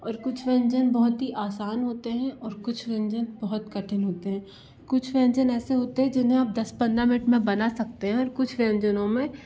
और कुछ व्यंजन बहुत ही आसान होते हैं और कुछ व्यंजन बहुत कठिन होते हैं कुछ व्यंजन ऐसे होते हैं जिन्हें आप दस पंद्रह मिनट में बना सकते हैं और कुछ व्यंजनों में